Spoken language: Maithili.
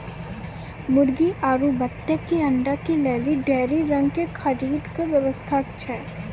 मुर्गी आरु बत्तक के अंडा के लेली डेयरी रंग के खरीद के व्यवस्था छै कि?